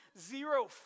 zero